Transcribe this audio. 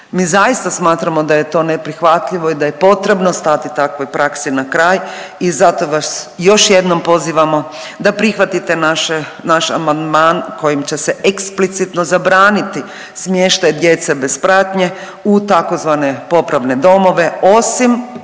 mi zaista smatramo da je to neprihvatljivo i da je potrebno stati takvoj praksi na kraj i zato vas još jednom pozivamo da prihvatite naše, naš amandman kojim će se eksplicitno zabraniti smještaj djece bez pratnje u tzv. popravne domove osim